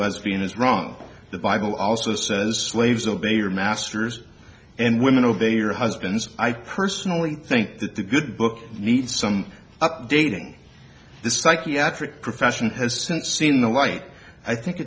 lesbian is wrong the bible also says slaves obey your masters and women obey your husbands i personally think that the good book needs some updating the psychiatric profession has since seen the light i think